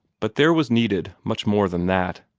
but there was needed much more than that.